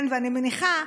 ואני מניחה,